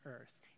earth